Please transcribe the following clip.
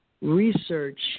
research